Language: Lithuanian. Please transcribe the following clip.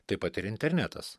tai pat ir internetas